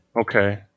Okay